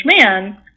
man